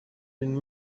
been